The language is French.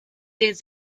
des